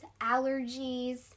allergies